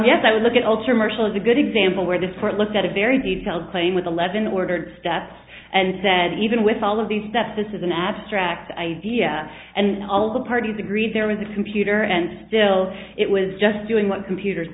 yes i would look at alter marshall is a good example where this court looked at a very detailed plain with eleven ordered steps and said even with all of these that this is an abstract idea and all the parties agree there was a computer and still it was just doing what computers